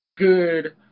good